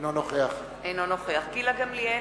אינו נוכח גילה גמליאל,